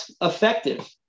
effective